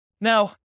Now